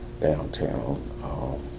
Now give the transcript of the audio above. downtown